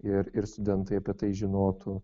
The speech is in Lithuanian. ir ir studentai apie tai žinotų